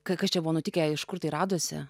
kas čia buvo nutikę iš kur tai radosi